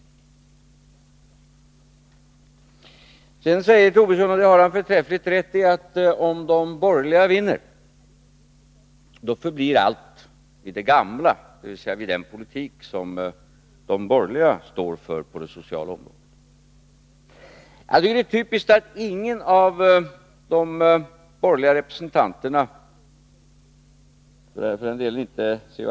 Nr 50 Sedan säger Lars Tobisson — och det har han förträffligt rätt i — att om de Onsdagen den borgerliga vinner så förblir allt vid det gamla, dvs. den politik som de 15 december 1982 borgerliga står för på det sociala området. Det är då typiskt att ingen av de borgerliga representanterna, och för den delen inte heller C.-H.